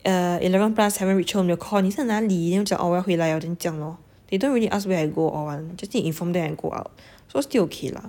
err eleven plus haven't reach home they will call 你在那里 then 我会讲 orh 我要回来 then 这样 lor they don't really ask where I go all [one] just need to inform them I go out so still okay lah